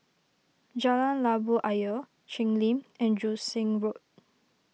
Jalan Labu Ayer Cheng Lim and Joo Seng Road